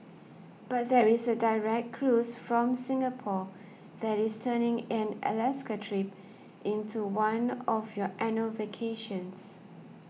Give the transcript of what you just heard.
but there is a direct cruise from Singapore that is turning an Alaska trip into one of your annual vacations